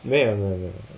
没有没有